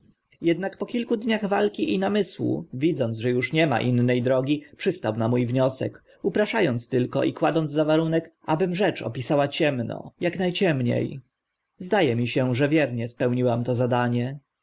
po kilku dniach walki i namysłu widząc że uż nie ma inne drogi przystał na mó wniosek uprasza ąc tylko i kładąc za warunek abym rzecz opisała ciemno ak na ciemnie zda e mi się że wiernie spełniłam to żądanie